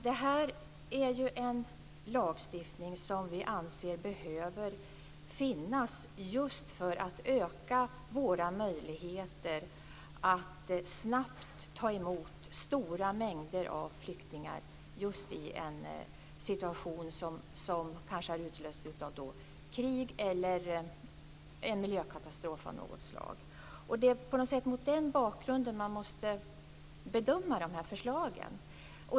Det här är en lagstiftning som vi anser behöver finnas för att öka våra möjligheter att snabbt ta emot stora mängder av flyktingar just i en situation som kanske har utlösts av krig eller en miljökatastrof av något slag. Det är mot den bakgrunden som man måste bedöma de här förslagen.